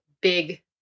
big